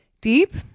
deep